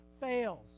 fails